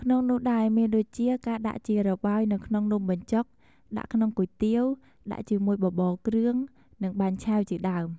ក្នុងនោះដែរមានដូចជា ការដាក់ជារបោយនៅក្នុងនំបញ្ជុក ដាក់ក្នុងគុយទាវ ដាក់ជាមួយបបរគ្រឿង និងបាញ់ឆែវជាដើម។